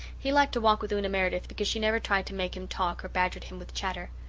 he liked to walk with una meredith because she never tried to make him talk or badgered him with chatter.